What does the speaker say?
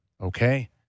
Okay